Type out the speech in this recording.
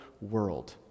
world